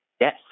Yes